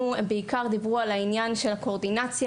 הם בעיקר דיברו על העניין של הקואורדינציה